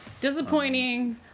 Disappointing